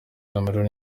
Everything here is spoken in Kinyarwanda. cameroun